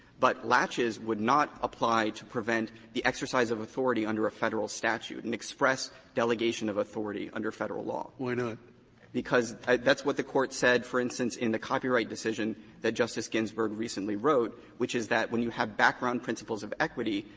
but latches would not apply to prevent the exercise of authority under a federal statute, an express delegation of authority under federal law. scalia why not? kedem because that's what the court said, for instance, in the copyright decision that justice ginsburg recently wrote, which is that when you have background principles of equity,